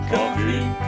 Coffee